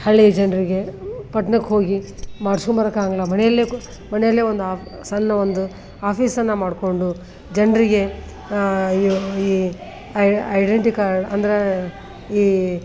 ಹಳ್ಳಿಯ ಜನರಿಗೆ ಪಟ್ಣಕ್ಕೆ ಹೋಗಿ ಮಾಡ್ಸ್ಕೊಂಡು ಬರೋಕ್ಕಾಗಲ್ಲ ಮನೆಯಲ್ಲೇ ಕೂತು ಮನೆಯಲ್ಲೇ ಒಂದು ಆಫ್ ಸಣ್ಣ ಒಂದು ಆಫೀಸನ್ನು ಮಾಡಿಕೊಂಡು ಜನರಿಗೆ ಈ ಈ ಐಡೆಂಟಿ ಕಾರ್ಡ್ ಅಂದ್ರೆ ಈ